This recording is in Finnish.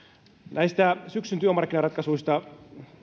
näistä syksyn työmarkkinaratkaisuista